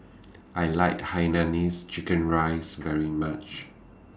I like Hainanese Chicken Rice very much